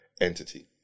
entity